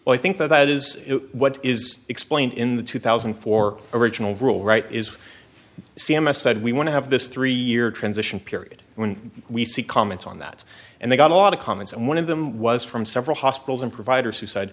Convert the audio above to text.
but i think that that is what is explained in the two thousand and four original rule right is c m s said we want to have this three year transition period when we see comments on that and they got a lot of comments and one of them was from several hospitals and providers who said